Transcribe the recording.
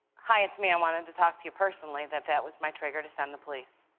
hi. it's me. i wanted to talk to you personally, that that was my trigger to send the police.